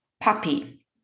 puppy